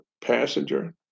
passenger